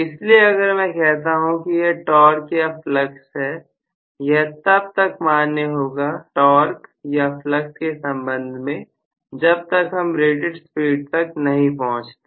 इसलिए अगर मैं कहता हूं कि यह टॉर्क या फ्लक्स है यह तब तक मान्य होगा टॉर्क या फ्लक्स के संबंध में जब तक हम रेटेड स्पीड तक नहीं पहुंचते